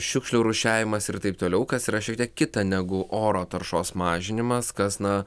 šiukšlių rūšiavimas ir taip toliau kas yra šiek tiek kita negu oro taršos mažinimas kas na